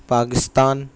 Pakistan